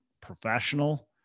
professional